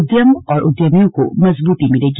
उद्यम और उद्यमियों को मजबूती मिलेगी